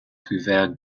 couvert